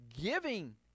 giving